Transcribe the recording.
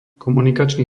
komunikačný